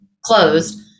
closed